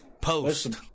post